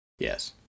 Yes